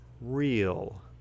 Real